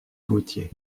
gautier